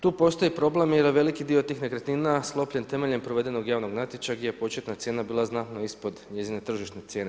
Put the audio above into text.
Tu postoji problem jer je veliki dio tih nekretnina sklopljen temeljem provedenog javnog natječaja gdje je početna cijena bila znatno ispod njezine tržišne cijene.